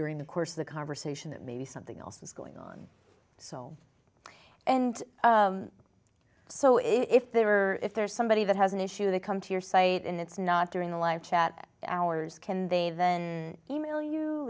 during the course of the conversation that maybe something else is going on so and so if they are if there's somebody that has an issue they come to your site and it's not during a live chat hours can they then e mail you